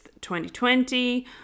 2020